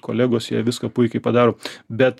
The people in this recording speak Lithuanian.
kolegos jie viską puikiai padaro bet